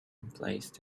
emplaced